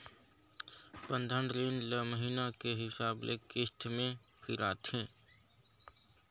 बंधन रीन ल महिना के हिसाब ले किस्त में फिराथें